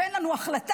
ואין לנו החלטה,